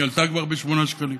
היא עלתה כבר בשמונה שקלים,